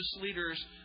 leaders